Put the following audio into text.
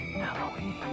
Halloween